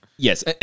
Yes